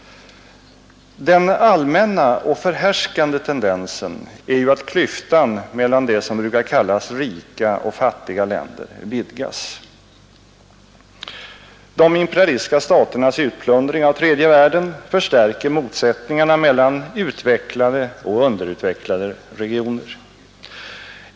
Den allmänna och förhärskande tendensen är ju att klyftan mellan ”rika” och ”fattiga” länder vidgas. De imperialistiska staternas utplundring av tredje världen förstärker motsättningarna mellan ”utvecklade” och ”underutvecklade” regioner.